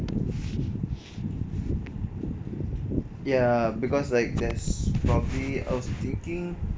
ya because like there's probably I was thinking